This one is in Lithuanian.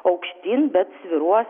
aukštyn bet svyruos